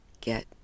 get